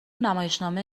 نمایشنامه